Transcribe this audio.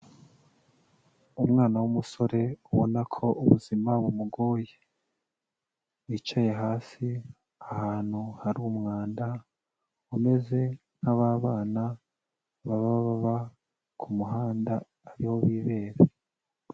Umwana w'umusore ubona ko ubuzima bumugoye, wicaye hasi ahantu hari umwanda, umeze nka ba bana baba baba ku muhanda ariho bibera.